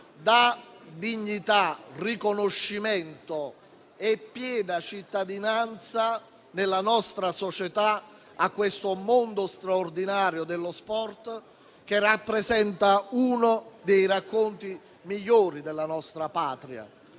dà dignità, riconoscimento e piena cittadinanza nella nostra società al mondo straordinario dello sport, che rappresenta uno dei racconti migliori della nostra Patria.